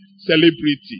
celebrity